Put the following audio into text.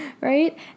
Right